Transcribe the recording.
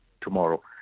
tomorrow